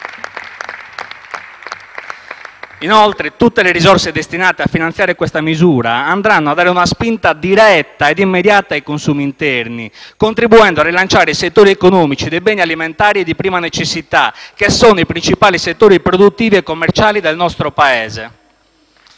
Inoltre, tutte le risorse destinate a finanziare questa misura andranno a dare una spinta diretta e immediata ai consumi interni, contribuendo a rilanciare i settori economici dei beni alimentari e di prima necessità, che sono i principali settori produttivi e commerciali del nostro Paese.